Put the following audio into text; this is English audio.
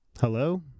hello